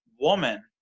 woman